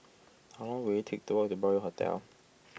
how long will it take to walk to Broadway Hotel